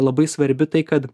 labai svarbi tai kad